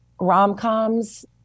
rom-coms